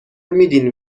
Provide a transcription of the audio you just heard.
میدین